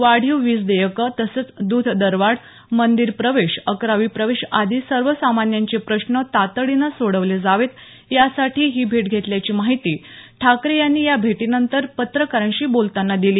वाढीव विज देयक तसंच दृध दरवाढ मंदिर प्रवेश अकरावी प्रवेश आदी सर्वसामान्यांचे प्रश्न तातडीनं सोडवले जावेत यासाठी ही भेट घेतल्याची माहिती ठाकरे यांनी या भेटीनंतर पत्रकारांशी बोलताना दिली